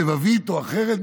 לבבית או אחרת.